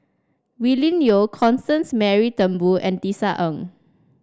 Willin Constance Mary Turnbull and Tisa Ng